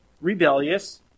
rebellious